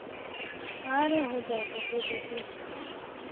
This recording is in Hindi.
अरे हो जाएगा दे दीजिए